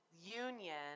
union